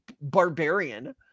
barbarian